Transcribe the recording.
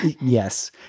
yes